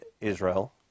Israel